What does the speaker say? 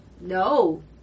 No